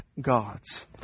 God's